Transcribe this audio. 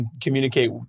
communicate